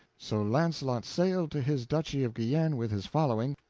so launcelot sailed to his duchy of guienne with his following,